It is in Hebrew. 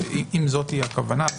שאם זאת הכוונה,